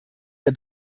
der